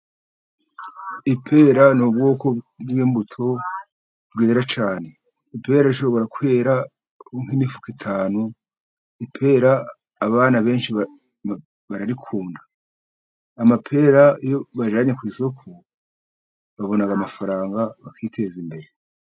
Ipera ni ubwoko bw'imbuto bwera cyane. Ipera rishobora kwera nk'imifuka itanu, ipera abana benshi bararikunda. Amapera iyo bayajyanye ku isoko, babona amafaranga, bakiteza imbere.